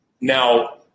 Now